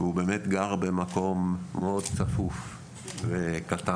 הוא באמת גר במקום מאוד צפוף וקטן.